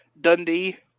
Dundee